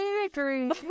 victory